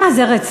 מה, זה רציני?